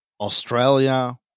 Australia